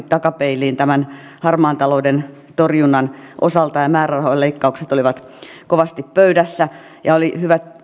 takapeiliin tämän harmaan talouden torjunnan osalta ja määrärahojen leikkaukset olivat kovasti pöydässä ja oli